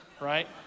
right